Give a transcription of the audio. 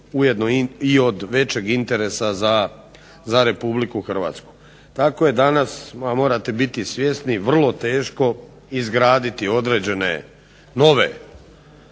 ujedno i od većeg interesa za RH. Tako je danas, morate biti svjesni, vrlo teško izgraditi određene nove